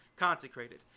Consecrated